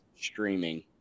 streaming